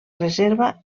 reserva